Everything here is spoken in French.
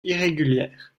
irrégulière